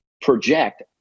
project